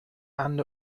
and